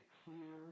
clear